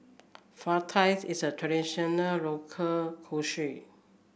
fajitas is a traditional local cuisine